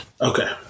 Okay